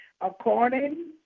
According